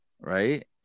right